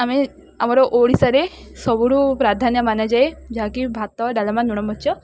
ଆମେ ଆମର ଓଡ଼ିଶାରେ ସବୁଠୁ ପ୍ରାଧାନ୍ୟ ମାନା ଯାଏ ଯାହା କି ଭାତ ଡାଲମା ଲୁଣ ମୋରିଚ